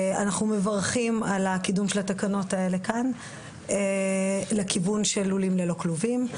אנחנו מברכים על קידום התקנות האלה כאן לכיוון של לולים ללא כלובים.